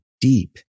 deep